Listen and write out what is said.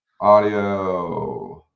audio